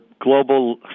global